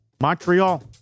Montreal